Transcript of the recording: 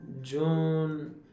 June